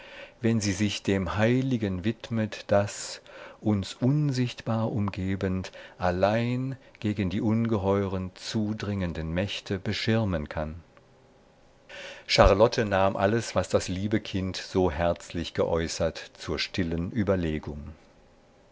wenn sie sich dem heiligen widmet das uns unsichtbar umgebend allein gegen die ungeheuren zudringenden mächte beschirmen kann charlotte nahm alles was das liebe kind so herzlich geäußert zur stillen überlegung